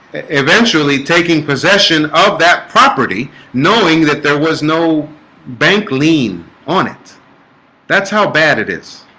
eventually taking possession of that property knowing that there was no bank lien on it that's how bad it is